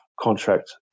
contract